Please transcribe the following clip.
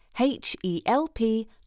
H-E-L-P